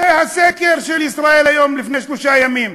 זה הסקר של "ישראל היום" לפני שלושה ימים.